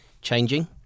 changing